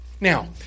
Now